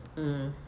mm